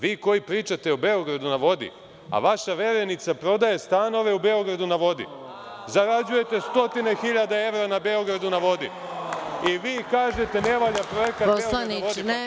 Vi koji pričate o „Beogradu na vodi“, a vaša verenica prodaje stanove u „Beogradu na vodi“, zarađujete stotine hiljada evra na „Beogradu na vodi“, i vi kažete ne valja projekata „Beograd na vodi“